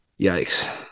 Yikes